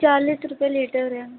चालीस रुपये लीटर है